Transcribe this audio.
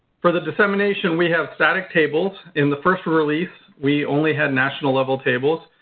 for the dissemination, we have static tables. in the first release, we only had national-level tables.